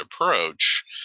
approach